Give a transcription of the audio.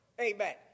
Amen